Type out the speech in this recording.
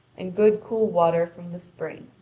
and good cool water from the spring.